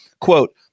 quote